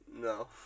No